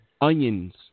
Onions